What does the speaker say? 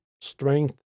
strength